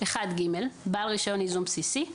1ג.בעל רישיון ייזום בסיסי.